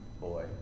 boy